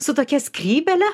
su tokia skrybėle